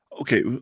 Okay